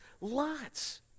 lots